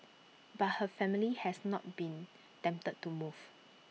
but her family has not been tempted to move